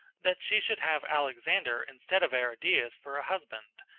that she should have alexander instead of aridaeus for a husband,